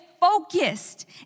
focused